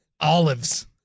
Olives